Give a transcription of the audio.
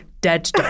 dead